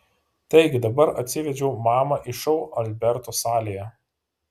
taigi dabar atsivedžiau mamą į šou alberto salėje